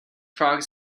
frogs